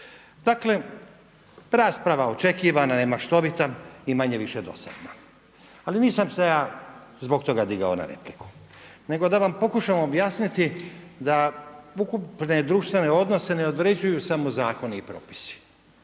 Dakle, rasprava očekivana, nemaštovita i manje-više dosadna. Ali nisam se ja zbog toga digao na repliku nego da vam pokušam objasniti da ukupne društvene odnose ne određuju samo zakoni i propisi